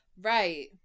right